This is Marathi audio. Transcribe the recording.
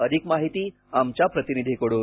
अधिक माहिती आमच्या प्रतिनिधीकडून